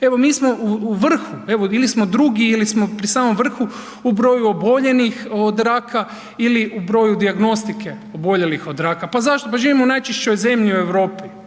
Evi mi smo u vrhu ili smo drugi ili smo pri samom vrhu u broju oboljelih od raka ili u broju dijagnostike oboljelih od raka. Pa zašto? Pa živimo u najčišćoj zemlji u Europi,